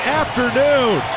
afternoon